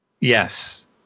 Yes